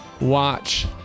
watch